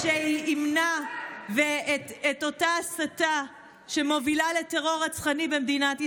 שימנע את אותה הסתה שמובילה לטרור רצחני במדינת ישראל.